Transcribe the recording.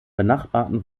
benachbarten